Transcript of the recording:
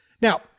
Now